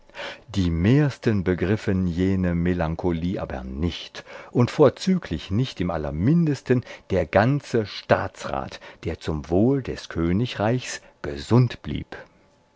die mehrsten begriffen jene melancholie aber nicht und vorzüglich nicht im allermindesten der ganze staatsrat der zum wohl des königreichs gesund blieb